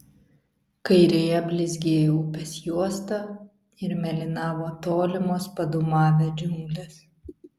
kairėje blizgėjo upės juosta ir mėlynavo tolimos padūmavę džiunglės